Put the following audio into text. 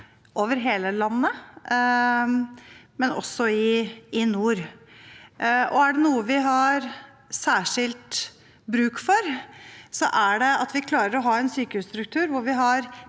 over hele landet, også i nord. Er det noe vi har særskilt bruk for, er det at vi klarer å ha en sykehusstruktur